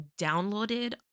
downloaded